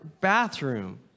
bathroom